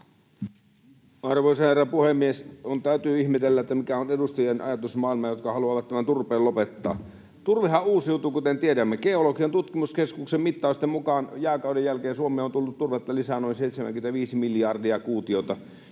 Arvoisa herra puhemies! Minun täytyy ihmetellä, mikä on niiden edustajien ajatusmaailma, jotka haluavat tämän turpeen lopettaa. Turvehan uusiutuu, kuten tiedämme. Geologian tutkimuskeskuksen mittausten mukaan jääkauden jälkeen Suomeen on tullut turvetta lisää noin 75 miljardia kuutiota.